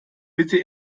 bitte